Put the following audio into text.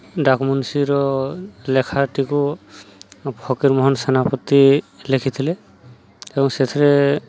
ଡାକମୁନିସ୍ର ଲେଖାଟିକୁ ଫକୀରମୋହନ ସେନାପତି ଲେଖିଥିଲେ ଏବଂ ସେଥିରେ